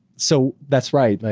so that's right.